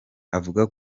avuga